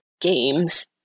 games